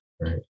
right